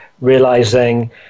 realizing